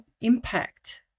impact